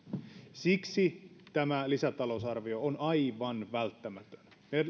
siksi tämä lisätalousarvio on aivan välttämätön